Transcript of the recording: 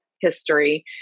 history